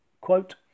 Quote